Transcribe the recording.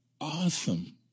awesome